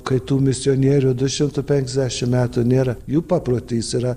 kai tų misionierių du šimtu penkiasdešim metų nėra jų paprotys yra